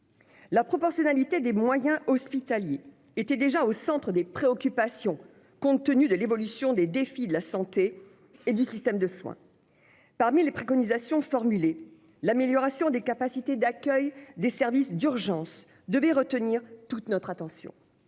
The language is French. La proportionnalité des moyens hospitaliers était déjà au centre des préoccupations, compte tenu de l'évolution des défis de la santé et du système de soins. Parmi les préconisations formulées, l'amélioration des capacités d'accueil des services d'urgence devait retenir toute notre attention.